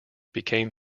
became